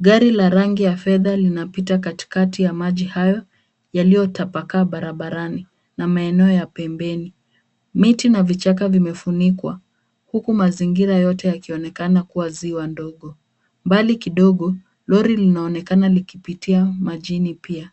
Gari la rangi ya fedha linapita katikati ya maji hayo, yaliyotapakaa barabarani na maeneo ya pembeni. Miti na vichaka vimefunikwa, huku mazingira yote yakionekana kuwa ziwa ndogo. Mbali kidogo lori linaonekana likipitia majini pia.